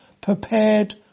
prepared